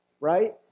right